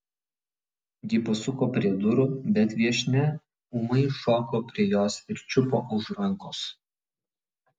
ji pasuko prie durų bet viešnia ūmai šoko prie jos ir čiupo už rankos